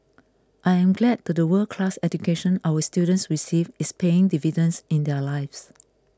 I am glad that the world class education our students receive is paying dividends in their lives